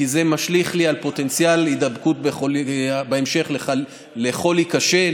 כי זה משליך לי על פוטנציאל הידבקות בהמשך לחולי קשה,